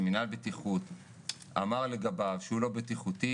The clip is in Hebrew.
שמנהל הבטיחות אמר לגביו שהוא לא בטיחותי